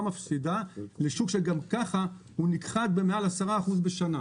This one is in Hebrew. מפסידה לשוק שגם ככה הוא נכחד במעל עשרה אחוזים בשנה.